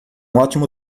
ótimo